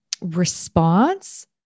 response